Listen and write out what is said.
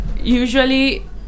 Usually